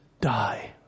die